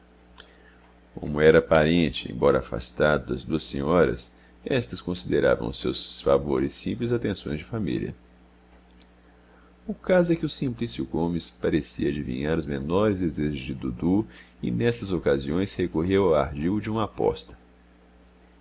como era parente embora afastado das duas senhoras estas consideravam os seus favores simples atenções de família o caso é que o simplício comes parecia adivinhar os menores desejos de dudu e nessas ocasiões recorria ao ardil de uma aposta